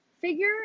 figure